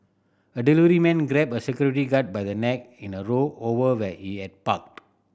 a delivery man grabbed a security guard by the neck in a row over where he had parked